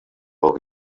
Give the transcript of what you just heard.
will